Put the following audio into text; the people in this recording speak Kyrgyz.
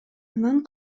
анан